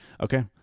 Okay